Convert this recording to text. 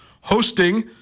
hosting